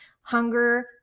hunger